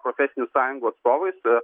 profesinių sąjungų atstovais